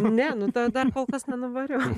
ne nu ta dar kol kas nenuvariau